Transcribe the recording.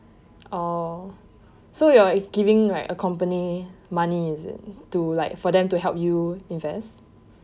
oh so you are giving like a company money is it to like for them to help you invest